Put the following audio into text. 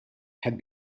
had